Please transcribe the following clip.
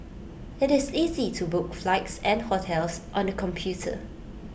IT is easy to book flights and hotels on the computer